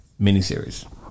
miniseries